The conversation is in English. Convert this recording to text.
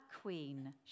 queen